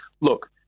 look